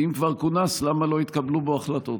ואם כבר כונס, למה לא התקבלו בו החלטות?